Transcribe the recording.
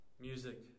Music